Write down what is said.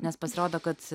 nes pasirodo kad